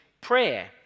prayer